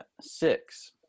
six